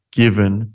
given